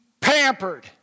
pampered